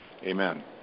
Amen